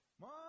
Mom